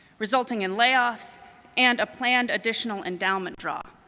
resulting in layoffs and a planned additional endowment draw.